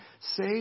say